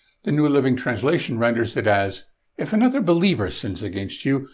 the new living translation render it as if another believer sins against you,